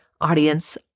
audience